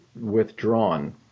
withdrawn